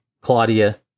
Claudia